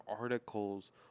articles